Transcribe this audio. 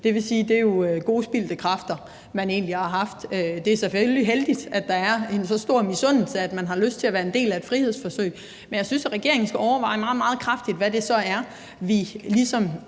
Det vil sige, at det jo er gode spildte kræfter, man egentlig har brugt. Det er selvfølgelig heldigt, at der er en så stor misundelse, at man har lyst til at være en del af et frihedsforsøg, men jeg synes, at regeringen skal overveje meget, meget kraftigt, hvad det så er, vi ligesom